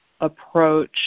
approach